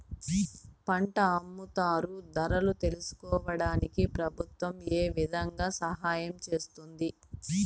పంట అమ్ముతారు ధరలు తెలుసుకోవడానికి ప్రభుత్వం ఏ విధంగా సహాయం చేస్తుంది?